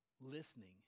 Listening